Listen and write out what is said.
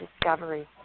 discovery